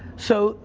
so,